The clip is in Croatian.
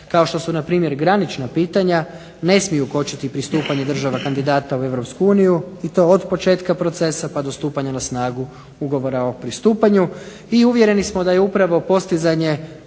kao što su na primjer granična pitanja, ne smiju kočiti pristupanje država kandidata u europsku uniju i to od početka procesa pa do stupanja na snagu ugovora o pristupanju i uvjereni smo da je upravo postizanje